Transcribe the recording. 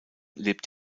lebt